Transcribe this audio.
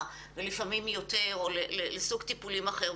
ולפעמים יותר וכך גם לגבי סוג טיפולים אחר.